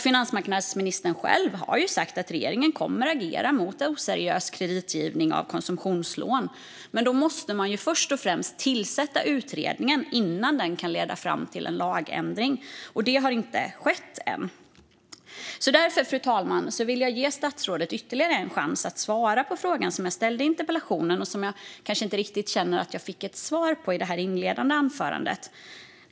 Finansmarknadsministern själv har sagt att regeringen kommer att agera mot oseriös kreditgivning av konsumtionslån. Men då måste man först och främst tillsätta utredningen innan den kan ta fram ett förslag som kan leda till en lagändring, och det har inte skett än. Därför, fru talman, vill jag ge statsrådet ytterligare en chans att svara på frågan som jag ställde i interpellationen och som jag kanske inte riktigt känner att jag fick ett svar på i det inledande anförandet.